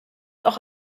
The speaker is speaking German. auch